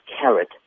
carrot